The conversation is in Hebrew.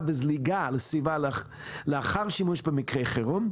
וזליגה לסביבה לאחר שימוש במקרי חירום,